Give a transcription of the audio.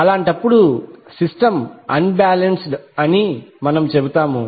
అలాంటప్పుడు system unbalanced అని మేము చెబుతాము